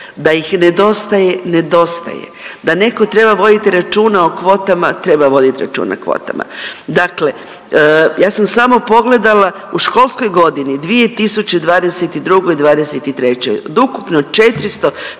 da ih nedostaje nedostaje, da neko treba voditi računa o kvotama treba vodit računa o kvotama. Dakle, ja sam samo pogledala, u školskoj godini 2022./'23.